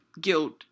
guilt